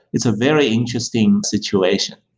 it's a very interesting situation.